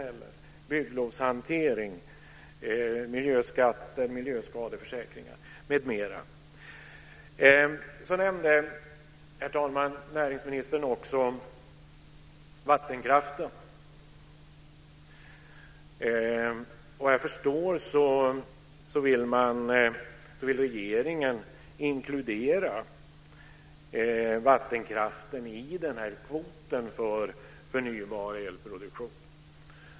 Man talar om bygglovshantering, miljöskatter och miljöskadeförsäkringar m.m. Näringsministern nämnde, fru talman, också vattenkraften. Såvitt jag förstår vill regeringen inkludera vattenkraften i kvoten för förnybar elproduktion.